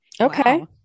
Okay